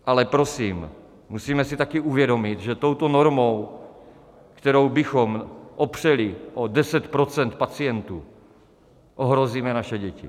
Ale, prosím, musíme si taky uvědomit, že touto normou, kterou bychom opřeli o 10 % pacientů, ohrozíme naše děti.